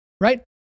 Right